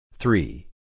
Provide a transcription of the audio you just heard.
Three